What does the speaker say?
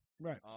Right